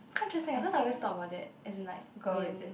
quite interesting eh cause I always thought about that as in like when